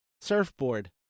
Surfboard